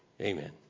Amen